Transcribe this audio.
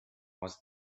was